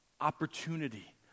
Opportunity